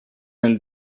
nel